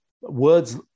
words